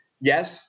Yes